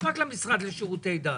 פרט למשרד לשירותי דת.